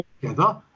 together